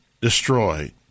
destroyed